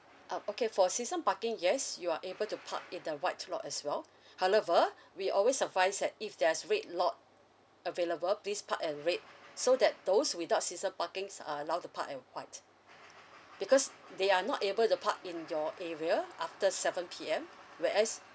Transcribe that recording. um okay for season parking yes you are able to park in the white lot as well however we always advise that if there's red lot available please park at red so that those without season parkings are allowed to park at white because they are not able to park in your area after seven P_M whereas